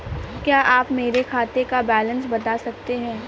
क्या आप मेरे खाते का बैलेंस बता सकते हैं?